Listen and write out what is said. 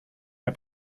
der